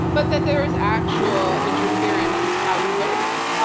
but that there is actual interference into how we voted,